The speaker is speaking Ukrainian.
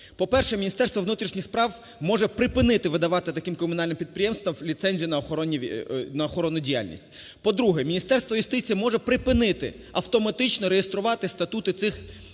По-перше, Міністерство внутрішніх справ може припинити видавати таким комунальним підприємствам ліцензію на охоронну діяльність. По-друге, Міністерство юстиції може припинити автоматично реєструвати статути цих комунальних